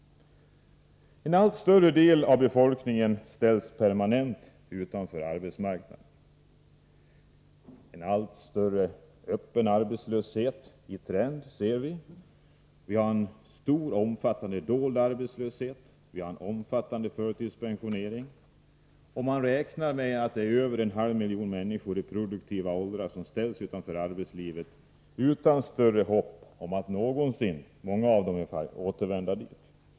En allt större del av befolkningen ställs permanent utanför arbetsmarknaden. Vi ser en trend till allt större öppen arbetslöshet. Vi har en omfattande dold arbetslöshet och en omfattande förtidspensionering. Man räknar med att det är över en halv miljon människor i produktiva åldrar som ställs utanför arbetslivet, många av dem utan större hopp om att någonsin kunna återvända dit.